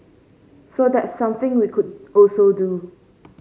so that's something we could also do